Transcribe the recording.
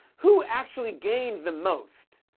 who actually gained the most,